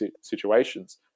situations